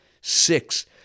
Six